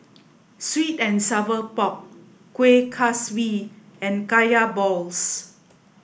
sweet and sour pork Kueh Kaswi and Kaya Balls